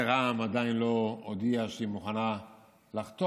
רע"מ עדיין לא הודיעה שהיא מוכנה לחתום,